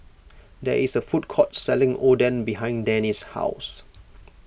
there is a food court selling Oden behind Denny's house